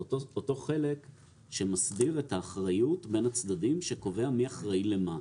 זה אותו חלק שמסדיר את האחריות בין הצדדים שקובע מי אחראי למה.